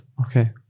okay